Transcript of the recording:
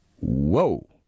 Whoa